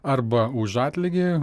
arba už atlygį